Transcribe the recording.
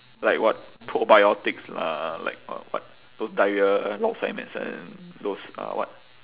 like what probiotics lah like what what those diarrhoea lao sai medicine those uh what